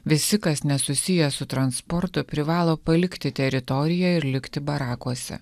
visi kas nesusiję su transportu privalo palikti teritoriją ir likti barakuose